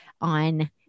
on